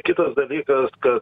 kitas dalykas kad